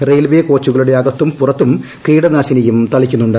railway കോച്ചുകളുടെ അകത്തും പുറത്തും കീടനാശിനി തളിക്കുന്നുണ്ട്